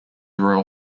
royal